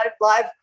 live